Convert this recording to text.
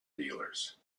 dealers